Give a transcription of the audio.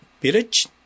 village